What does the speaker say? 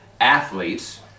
athletes